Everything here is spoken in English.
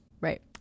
Right